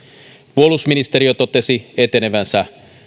puolustusministeriö totesi etenevänsä